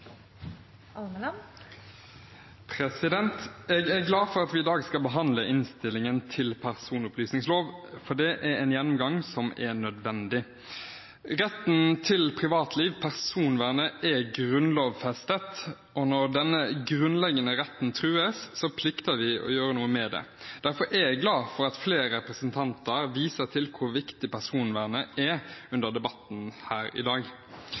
glad for at vi i dag behandler innstillingen til personopplysningsloven, for det er en gjennomgang som er nødvendig. Retten til privatliv, personvernet, er grunnlovfestet, og når denne grunnleggende retten trues, plikter vi å gjøre noe med det. Derfor er jeg glad for at flere representanter under debatten her i dag viser til hvor viktig personvernet er.